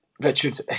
Richard